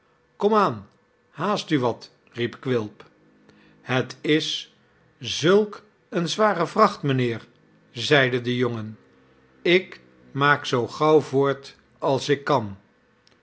haast u wat riep quilp het is zulk eene zware vracht mijnheer zeide de jongen ik maak zoo gauw voort als ik kan